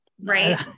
right